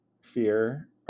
Fear